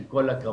עם כל הכבוד,